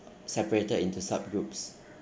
separated into sub groups